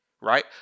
Right